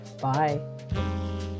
Bye